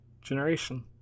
generation